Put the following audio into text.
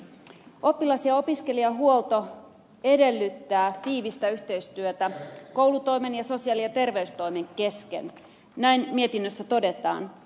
oppilas ja opiskelijahuolto edellyttää tiivistä yhteistyötä koulutoimen ja sosiaali ja terveystoimen kesken näin mietinnössä todetaan